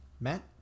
Matt